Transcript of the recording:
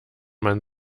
man